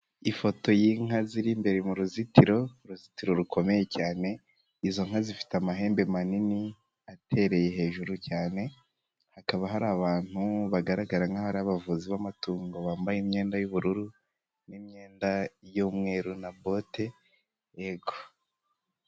Ifoto y'inka ziri imbere mu ruzitiro, uruzitiro rukomeye cyane izo nka zifite amahembe manini atereye hejuru cyane, hakaba hari abantu bagaragara nkaho ari abavuzi b'amatungo bambaye imyenda y'ubururu n'imyenda y'umweru na bote, yego.